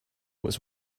was